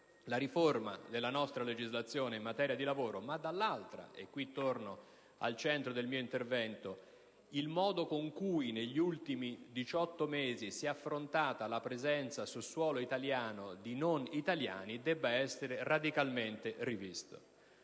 la riforma della nostra legislazione in materia di lavoro e, dall'altra (e qui torno al centro del mio intervento), il modo con cui negli ultimi 18 mesi si è affrontata la presenza sul suolo nazionale di non italiani debbano essere radicalmente rivisti.